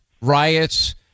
riots